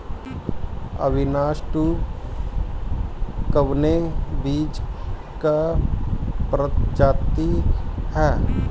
अविनाश टू कवने बीज क प्रजाति ह?